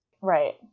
Right